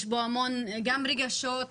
יש בו המון גם רגשות,